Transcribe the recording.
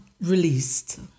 released